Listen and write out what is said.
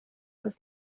was